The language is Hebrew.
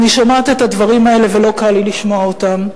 אני שומעת את הדברים האלה ולא קל לי לשמוע אותם,